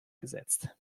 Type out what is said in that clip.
gesetzt